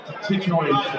situation